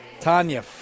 Tanya